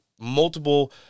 multiple